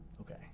Okay